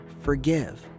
forgive